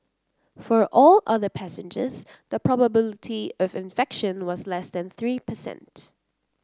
for all other passengers the probability of infection was less than three percent